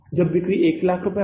जब बिक्री 100000 रुपये है